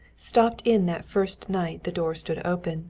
stopped in that first night the door stood open,